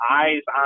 eyes